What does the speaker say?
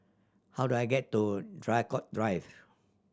how do I get to Draycott Drive